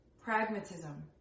pragmatism